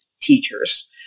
teachers